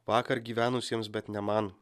vakar gyvenusiems bet ne man